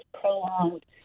prolonged